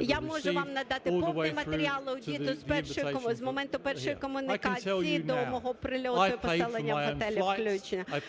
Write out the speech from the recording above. Я можу вам надати повний матеріал аудиту з моменту першої комунікації до мого прильоту і поселення в готелі включно.